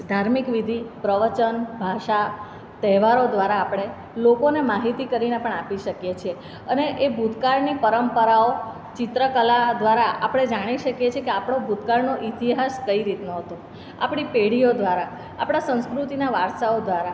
ધાર્મિક વિધિ પ્રવચન ભાષા તહેવારો દ્વારા આપણે લોકોને માહિતી કરીને પણ આપી શકીએ છીએ અને એ ભૂતકાળની પરંપરાઓ ચિત્રકલા દ્વારા આપણે જાણી શકીએ છીએ કે આપણો ભૂતકાળનો ઇતિહાસ કઈ રીતનો હતો આપણી પેઢીઓ દ્વારા આપણી સંસ્કૃતિનાં વરસાઓ દ્વારા